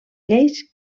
lleis